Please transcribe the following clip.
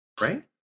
Right